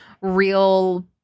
real